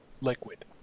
liquid